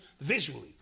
visually